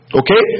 okay